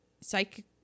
psych